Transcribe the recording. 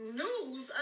news